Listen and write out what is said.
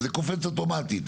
וזה קופץ אוטומטי.